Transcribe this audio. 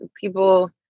people